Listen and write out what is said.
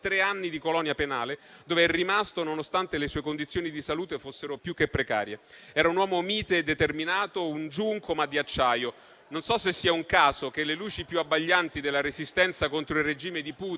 tre anni di colonia penale, dove è rimasto nonostante le sue condizioni di salute fossero più che precarie. Era un uomo mite e determinato, un giunco, ma di acciaio. Non so se sia un caso che le luci più abbaglianti della resistenza contro il regime di Putin